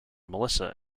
melissa